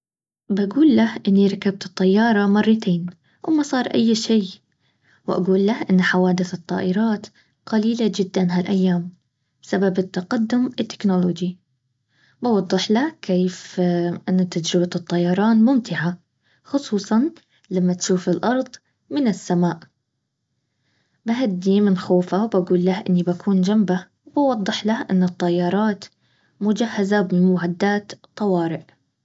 بقول له انه ركبت الطياره مرتين وما صار اي شى وبقول له ان حوادث الطيارات قليله جدا هالايام سبب التقدم التكنولوجي بوضح له كيف ان تحربه الطيران ممتعه خصوصا لما تشوف الارض من السماء بهديه من خوفه وبقول له اني بكون جنبه وبوضحله ان الطيارات جاهزه بمعدات طوارئ